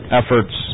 efforts